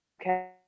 okay